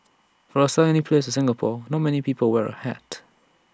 for A sunny place like Singapore not many people wear A hat